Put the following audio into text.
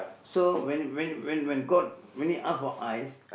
so when when when when god when he ask for eyes